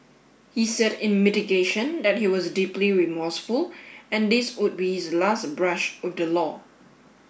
he said in mitigation that he was deeply remorseful and this would be his last brush with the law